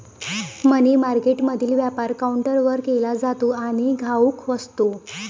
मनी मार्केटमधील व्यापार काउंटरवर केला जातो आणि घाऊक असतो